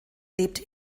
lebt